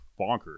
bonkers